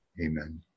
Amen